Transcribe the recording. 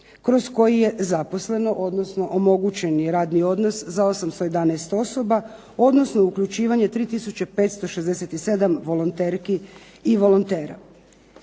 kroz koji je zaposleno odnosno omogućen je radni odnos za 811 osoba odnosno uključivanje 3567 volonterki i volontera.